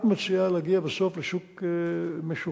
את מציעה להגיע בסוף לשוק משוכלל.